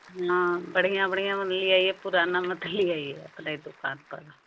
हाँ बढ़िया बढ़िया ले आइए पुराना मत ले आइए अपने दुकान पर